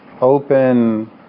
open